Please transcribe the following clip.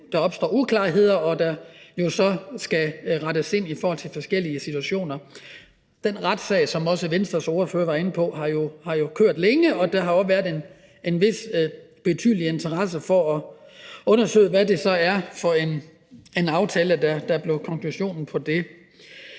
vil opstå nogle uklarheder, og at der jo så skal rettes ind i forhold til forskellige situationer. Den retssag, som også Venstres ordfører var inde på, har jo kørt længe, og der har også været en betydelig interesse for at undersøge, hvad det så er for en aftale, der blev konklusionen på det.